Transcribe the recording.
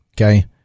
okay